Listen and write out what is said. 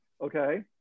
Okay